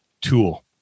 tool